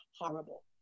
horrible